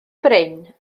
bryn